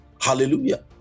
Hallelujah